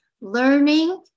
learning